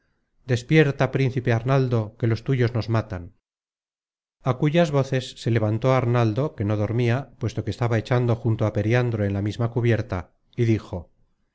despierta príncipe arnaldo que los tuyos nos matan a cuyas voces se levantó arnaldo que no dormia puesto que estaba echado junto á periandro en la misma cubierta y dijo